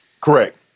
Correct